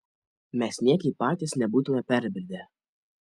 mes niekaip patys nebūtume perbridę